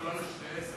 עשר.